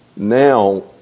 Now